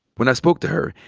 when i spoke to her,